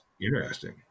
interesting